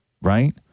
right